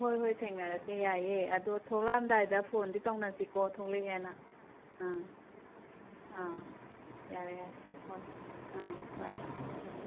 ꯍꯣꯏ ꯍꯣꯏ ꯊꯦꯡꯅꯔꯁꯤ ꯌꯥꯏꯌꯦ ꯑꯗꯣ ꯊꯣꯛꯂꯛꯑꯝꯗꯥꯏꯗ ꯐꯣꯟꯗꯤ ꯇꯧꯅꯁꯤꯀꯣ ꯊꯣꯛꯂꯛꯑꯦꯅ ꯑꯥ ꯑꯥ ꯌꯥꯔꯦ ꯌꯥꯔꯦ ꯍꯣꯏ ꯑꯥ ꯍꯣꯏ